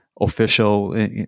official